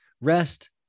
rest